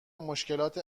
مشکلات